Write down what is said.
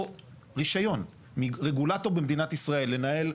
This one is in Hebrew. רישיון מרגולטור במדינת ישראל לנהל,